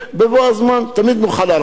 בבוא הזמן תמיד נוכל להרחיב.